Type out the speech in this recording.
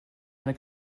eine